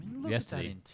yesterday